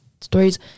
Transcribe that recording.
stories